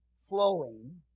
flowing